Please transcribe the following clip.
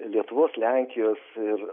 lietuvos lenkijos ir